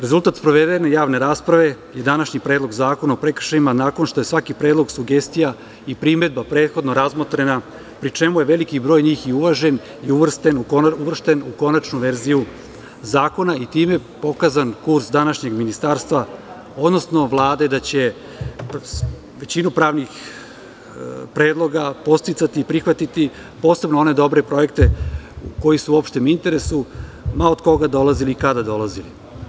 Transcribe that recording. Rezultat sprovedene javne rasprave je današnji Predlog zakona o prekršajima, nakon što je svaki predlog, sugestija i primedba prethodno razmotrena, pri čemu je veliki broj njih i uvažen i uvršćen u konačnu verziju zakona i time pokazan kurs današnjeg ministarstva, odnosno Vlade da će većinu pravnih predloga podsticati i prihvatiti, posebno one dobre projekte koji su u opštem interesu, ma od koga dolazili i kada dolazili.